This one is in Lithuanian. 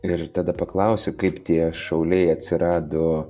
ir tada paklausiu kaip tie šauliai atsirado